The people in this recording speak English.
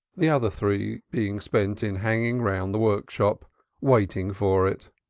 the other three being spent in hanging round the workshop waiting for it.